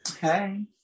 hey